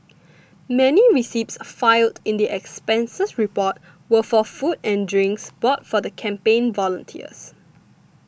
many receipts filed in the expenses reports were for food and drinks bought for the campaign volunteers